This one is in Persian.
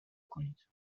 کنید